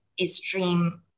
extreme